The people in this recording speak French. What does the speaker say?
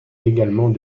également